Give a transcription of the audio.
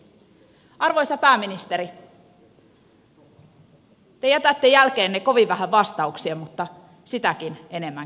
arvoisa pääministeri te jätätte jälkeenne kovin vähän vastauksia mutta sitäkin enemmän kysymyksiä